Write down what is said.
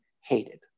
hated